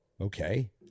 okay